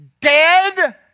dead